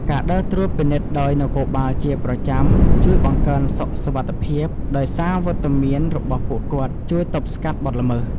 ការដើរត្រួតពិនិត្យដោយនគរបាលជាប្រចាំ ជួយបង្កើនសុខសុវត្ថិភាពដោយសារវត្តមានរបស់ពួកគាត់ជួយទប់ស្កាត់បទល្មើស។